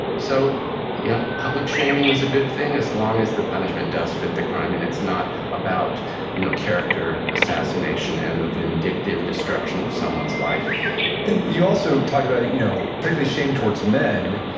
so yeah public shaming is a good thing as long as the punishment does fit the crime and it's not about you know character assassination and the vindictive destruction of someone's life you also talked about you know particularly shame towards men,